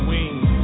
Wings